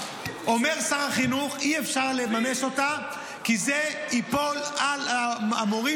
אומר שר החינוך שאי-אפשר לממש אותה כי זה ייפול על המורים,